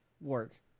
work